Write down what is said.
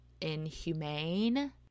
inhumane